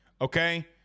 Okay